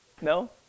No